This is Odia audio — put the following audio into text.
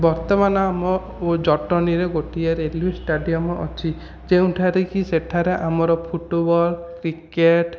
ବର୍ତ୍ତମାନ ଆମ ଓ ଜଟଣୀରେ ଗୋଟିଏ ରେଲ୍ୱେ ଷ୍ଟାଡ଼ିୟମ୍ ଅଛି ଯେଉଁଠାରେ କି ସେଠାରେ ଆମର ଫୁଟୁବଲ୍ କ୍ରିକେଟ୍